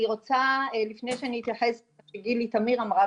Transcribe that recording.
אני רוצה לפני כן להתייחס למה שגילי תמיר אמרה,